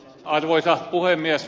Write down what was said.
arvoisa puhemies